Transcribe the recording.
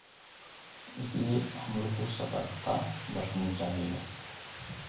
इसलिए हमलोग को सतर्कता बरतनी चाहिए